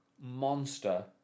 Monster